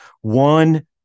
one